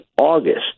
August